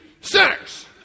sinners